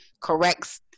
corrects